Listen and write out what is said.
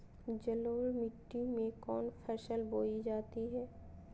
जलोढ़ मिट्टी में कौन फसल बोई जाती हैं?